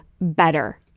better